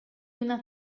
una